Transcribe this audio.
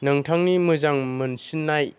नोंथांनि मोजां मोनसिननाय